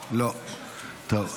טוב,